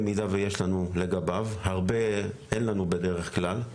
במידה ויש לנו לגביו - בדרך כלל אין לנו